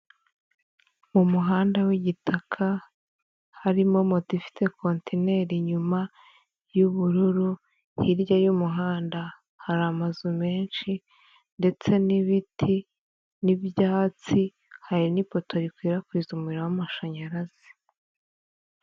Mu muhanda w'igitaka harimo moto ifite kontineri inyuma y'ubururu, hirya y'umuhanda hari amazu menshi ndetse n'ibiti n'ibyatsi, hari n'ipoto rikwirakwiza umuriro w'amashanyarazi.